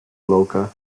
loka